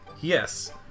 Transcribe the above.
Yes